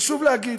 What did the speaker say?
חשוב להגיד.